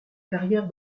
carrière